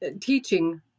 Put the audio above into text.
teaching